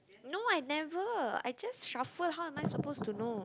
no I never I just shuffle how am I suppose to know